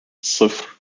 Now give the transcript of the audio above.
صفر